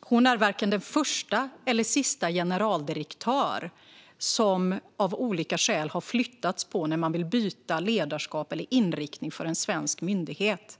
Hon är varken den första eller den sista generaldirektör som man av olika skäl flyttat på när man velat byta ledarskap eller inriktning för en svensk myndighet.